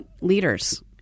leaders